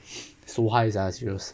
sohai sia serious